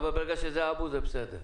אבל ברגע שזה אבו זה בסדר.